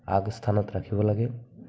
আগস্থানত ৰাখিব লাগে